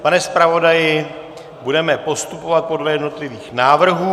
Pane zpravodaji, budeme postupovat podle jednotlivých návrhů.